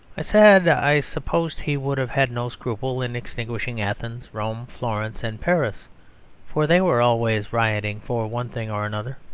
i said i supposed he would have had no scruple in extinguishing athens, rome, florence and paris for they were always rioting for one thing or another.